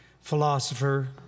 philosopher